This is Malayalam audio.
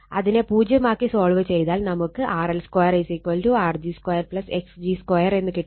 അതിനെ പൂജ്യമാക്കി സോൾവ് ചെയ്താൽ നമുക്ക് RL2 R g2 x g2 എന്ന് കിട്ടും